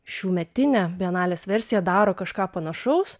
šiųmetinė bienalės versija daro kažką panašaus